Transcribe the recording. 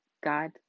God